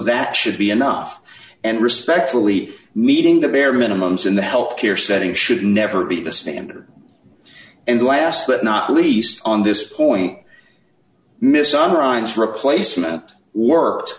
that should be enough and respectfully meeting the bare minimum so in the health care setting should never be the standard and last but not least on this point mison ron's replacement worked